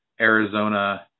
Arizona